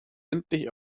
endlich